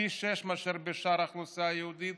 פי שישה מאשר בשאר האוכלוסייה היהודית,